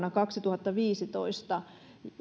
jo vuonna kaksituhattaviisitoista